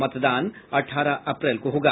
मतदान अठारह अप्रैल को होगा